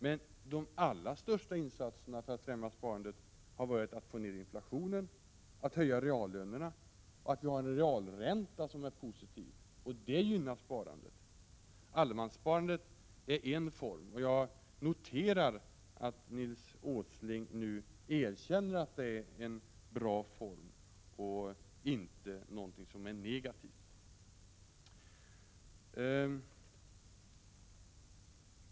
Men de allra största insatserna för att främja sparandet har varit att få ner inflationen, att höja reallönerna och se till att vi har en realränta som är positiv — det gynnar sparandet. Allemanssparandet är bara en form. Jag noterar att Nils G Åsling nu erkänner att det är en bra form och inte något negativt.